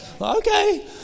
Okay